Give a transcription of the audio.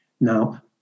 Now